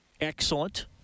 excellent